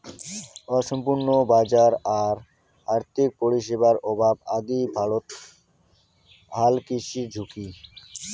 অসম্পূর্ণ বাজার আর আর্থিক পরিষেবার অভাব আদি ভারতত হালকৃষির ঝুঁকি